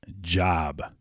job